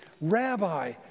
Rabbi